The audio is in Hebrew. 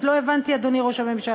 אז לא הבנתי, אדוני ראש הממשלה,